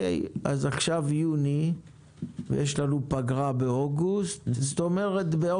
אני יכול לקרוא לכם באוקטובר.